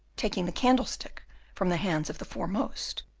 taking the candlestick from the hands of the foremost,